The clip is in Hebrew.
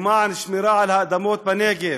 למען שמירה על האדמות בנגב.